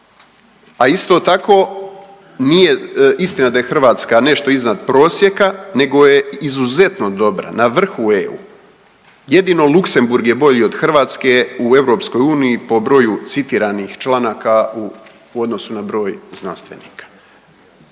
A isto tako nije istina da je Hrvatska nešto iznad prosjeka, nego je izuzetno dobra, na vrhu EU. Jedino Luxembourg je bolji od Hrvatske u EU po broju citiranih članaka u odnosu na broj znanstvenika.